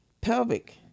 pelvic